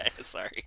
Sorry